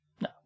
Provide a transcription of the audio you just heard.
No